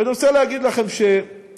ואני רוצה להגיד לכם שכעיקרון,